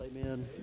amen